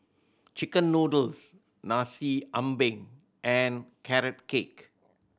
chicken noodles Nasi Ambeng and Carrot Cake